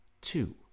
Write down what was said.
two